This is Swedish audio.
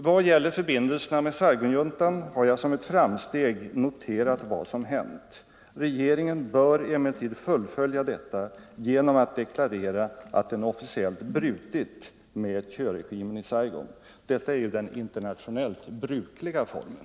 Vad gäller förbindelserna med Saigonjuntan har jag som ett framsteg noterat vad som hänt. Regeringen bör emellertid fullfölja detta genom att deklarera att den officiellt brutit med Thieuregimen i Saigon. Detta är ju den internationellt brukliga formen.